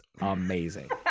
amazing